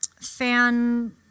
fan